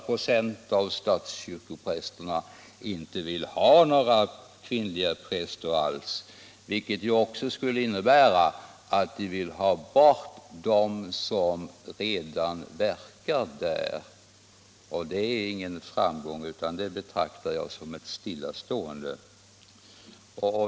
präster inte vill ha några kvinnliga präster alls, vilket ju också skulle innebära att de vill ha bort dem som redan verkar. Det är ingen framgång, utan det betraktar jag som ett stillastående.